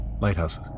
Lighthouses